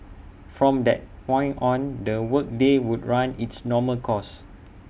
from that point on the work day would run its normal course